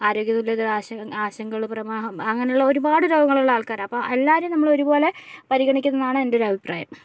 ആരോഗ്യ ആശാ ആശങ്കകൾ പ്രമേഹം അങ്ങനെയുള്ള ഒരുപാട് രോഗങ്ങളുള്ള ആൾക്കാരാണ് അപ്പം എല്ലാവരെയും നമ്മൾ ഒരുപോലെ പരിഗണിക്കണം എന്നതാണ് എൻ്റെ ഒരു അഭിപ്രായം